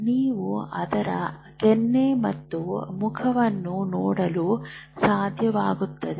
ನೀವು ಅದರ ಕೆನ್ನೆ ಮತ್ತು ಮುಖವನ್ನು ನೋಡಲು ಸಾಧ್ಯವಾಗುತ್ತದೆ